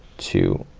two,